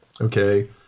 okay